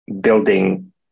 building